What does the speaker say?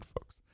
folks